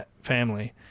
family